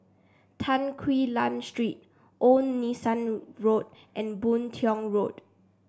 Tan Quee Lan Street Old Nelson Road and Boon Tiong Road